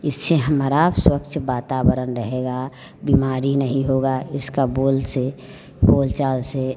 इससे हमारा स्वच्छ बातावरनणरहेगा बीमारी नहीं होगी इसकी बोल से बोल चाल से